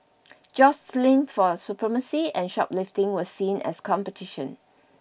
jostling for supremacy and shoplifting were seen as competition